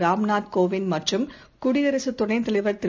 ராம்நாத் கோவிந்த் மற்றும் குடியரசுத் துணைத் தலைவர் திரு